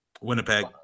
Winnipeg